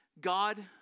God